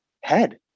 head